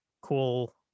cool